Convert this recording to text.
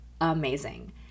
amazing